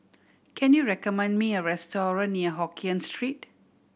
can you recommend me a restaurant near Hokien Street